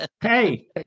Hey